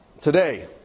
today